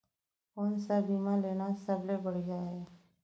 कोन स बीमा लेना सबले बढ़िया हे?